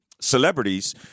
celebrities